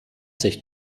sich